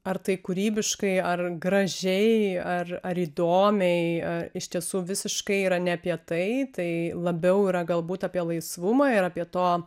ar tai kūrybiškai ar gražiai ar ar įdomiai a iš tiesų visiškai yra ne apie tai tai labiau yra galbūt apie laisvumą ir apie to